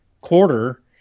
quarter